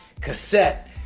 cassette